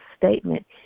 statement